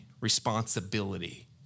responsibility